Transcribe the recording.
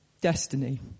Destiny